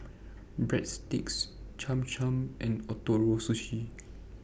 Breadsticks Cham Cham and Ootoro Sushi